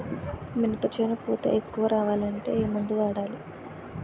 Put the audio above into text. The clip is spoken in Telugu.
మినప చేను పూత ఎక్కువ రావాలి అంటే ఏమందు వాడాలి?